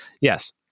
Yes